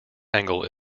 angle